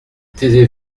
taisez